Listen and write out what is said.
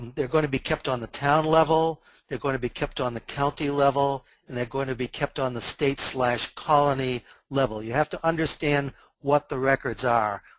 they're going to be kept on the town level they're going to be kept on the county level they're going to be kept on the state's colony colony level. you have to understand what the records are.